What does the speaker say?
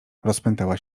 rozpętała